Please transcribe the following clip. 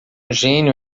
gênio